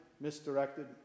misdirected